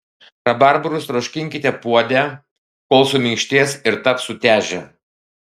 rabarbarus troškinkite puode kol suminkštės ir taps sutežę